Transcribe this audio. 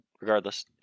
regardless